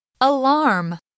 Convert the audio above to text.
Alarm